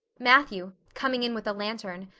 matthew, coming in with a lantern,